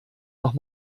noch